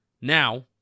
Now